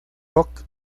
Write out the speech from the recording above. rock